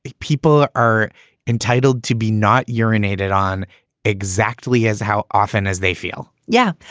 people are entitled to be not urinated on exactly as how often as they feel yeah.